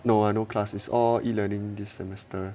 no I no class is all E learning this semester